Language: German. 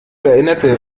erinnerte